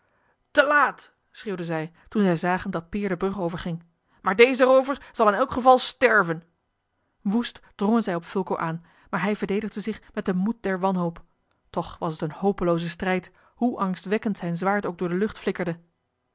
te laat schreeuwden zij toen zij zagen dat peer de brug overging maar deze roover zal in elk geval sterven woest drongen zij op fulco aan maar hij verdedigde zich met den moed der wanhoop toch was het een hopelooze strijd hoe angstwekkend zijn zwaard ook door de lucht flikkerde